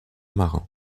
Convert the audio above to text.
marin